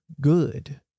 good